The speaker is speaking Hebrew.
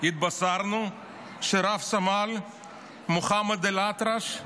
התבשרנו שרב-סמל מוחמד אלאטרש,